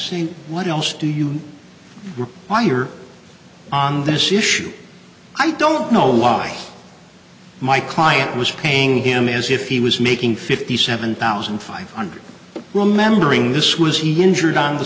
see what else do you wire on this issue i don't know why my client was paying him as if he was making fifty seven thousand five hundred remembering this was he injured on the